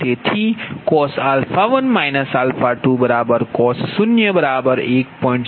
તેથી cos 1 2 cos 0 1